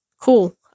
cool